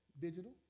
Digital